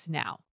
now